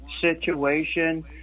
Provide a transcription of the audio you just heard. situation